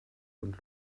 und